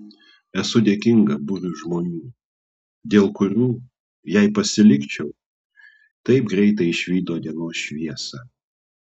esu dėkinga būriui žmonių dėl kurių jei pasilikčiau taip greitai išvydo dienos šviesą